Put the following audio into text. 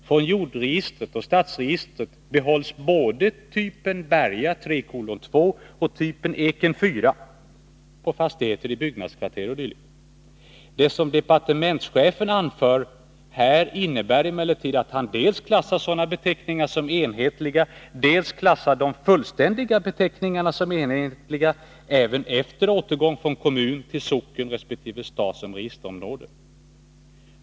Från jordregistret och stadsregistret behålls både typen Berga 3:2 och typen Eken 4— på fastigheter i byggnadskvarter o. d. Det som departementschefen anför här innebär emellertid att han dels klassar sådana beteckningar som enhetliga, dels klassar de fullständiga beteckningarna som enhetliga även efter återgång från kommun till socken resp. stad som registerområde.